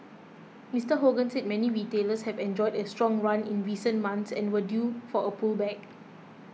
Mister Hogan said many retailers have enjoyed a strong run in recent months and were due for a pullback